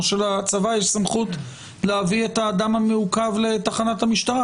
או שלצבא יש סמכות להביא את האדם המעוכב לתחנת המשטרה,